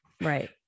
Right